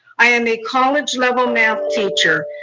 i am a college-level math teacher.